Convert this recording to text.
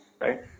Right